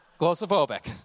Glossophobic